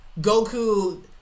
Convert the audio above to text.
Goku